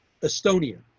Estonia